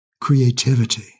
creativity